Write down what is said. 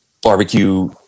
barbecue